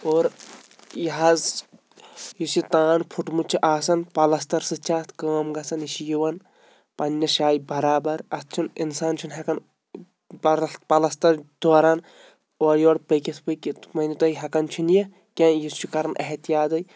اور یِہ حظ یُس یہِ تان پھُٹمُت چھُ آسان پَلَستَر سۭتۍ چھِ اَتھ کٲم گَژھان یہِ چھِ یِوان پَنٛنِس جایہِ برابر اَتھ چھُن اِنسان چھُنہٕ ہٮ۪کان پَرَ پَلَستَر دوران اورٕ یورٕ پٔکِتھ ؤکِتھ مٲنِو تُہۍ ہٮ۪کان چھُنہٕ یہِ کینٛہہ یہِ چھُ کَران احتیاطٕے